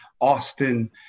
Austin